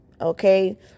okay